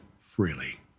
freely